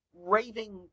raving